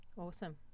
Awesome